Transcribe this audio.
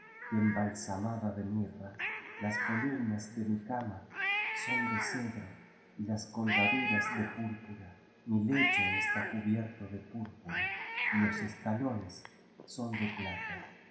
y embalsamada de mirra las columnas de mi cama son de cedro y las colgaduras de púrpura mi lecho está cubierto de púrpura y los escalones son de plata